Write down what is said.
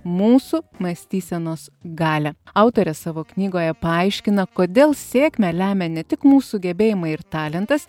mūsų mąstysenos galią autorė savo knygoje paaiškina kodėl sėkmę lemia ne tik mūsų gebėjimai ir talentas